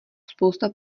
spousta